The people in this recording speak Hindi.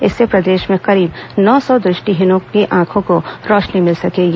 इससे प्रदेश में करीब नौ सौ दृष्टिहीनों की आंखों को रोशनी मिल सकेगी